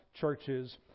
churches